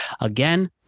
Again